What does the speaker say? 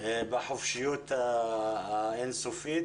בחופשיות אין סופית.